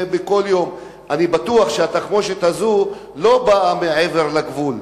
אני בטוח שהתחמושת הזאת לא באה מעבר לגבול.